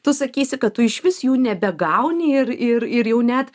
tu sakysi kad tu išvis jų nebegauni ir ir ir jau net